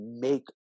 make